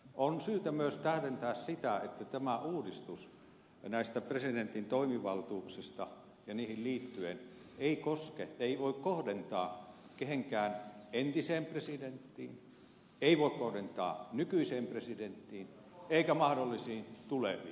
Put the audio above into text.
on syytä myös tähdentää sitä että tätä uudistusta näistä presidentin toimivaltuuksista ja niihin liittyen ei voi kohdentaa kehenkään entiseen presidenttiin ei voi kohdentaa nykyiseen presidenttiin eikä mahdollisiin tuleviin presidentteihin